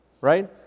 right